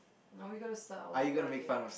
now we gotta start all over again